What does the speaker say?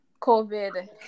COVID